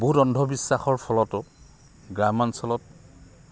বহুত অন্ধবিশ্বাসৰ ফলতো গ্ৰামাঞ্চলত